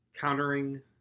countering